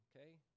Okay